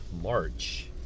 March